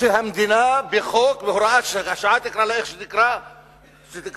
שהמדינה בחוק, בהוראת שעה, תקרא לה